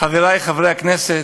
חברי חברי הכנסת,